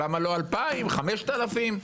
למה לא 2,000, 5,000?